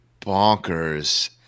Bonkers